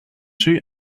two